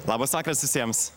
labas vakaras visiems